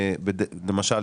למשל,